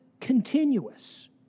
continuous